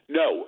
no